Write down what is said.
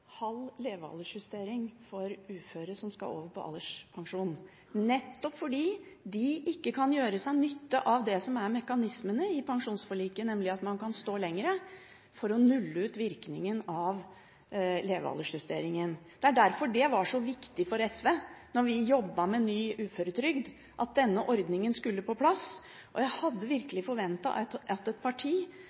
halv levealdersjustering for uføre som skal over på alderspensjon, nettopp fordi de ikke kan gjøre seg nytte av det som er mekanismene i pensjonsforliket, nemlig at man kan stå lenger for å nulle ut virkningen av levealdersjusteringen. Det er derfor det var så viktig for SV, da vi jobbet med ny uføretrygd, at denne ordningen skulle på plass. Jeg hadde virkelig forventet at et parti